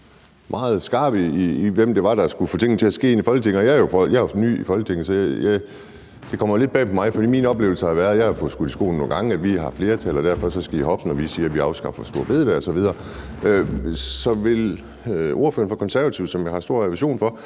meget skarp omkring, hvem det var, der skulle få tingene til at ske inde i Folketinget. Jeg er jo ny i Folketinget, så det kommer lidt bag på mig. For min oplevelse har været, at jeg nogle gange har fået besked om, at regeringen har flertal, og at vi derfor skal hoppe, når den siger, at den afskaffer store bededag osv. Så vil ordføreren for Konservative, som jeg har reverens for,